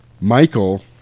Michael